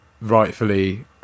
rightfully